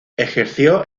ejerció